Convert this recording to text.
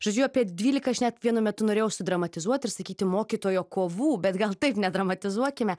žodžiu apie dvylika aš net vienu metu norėjau su dramatizuot ir sakyti mokytojo kovų bet gal taip nedramatizuokime